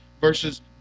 versus